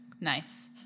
Nice